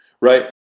right